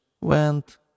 went